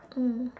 mm